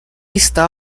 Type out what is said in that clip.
está